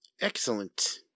Excellent